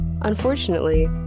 Unfortunately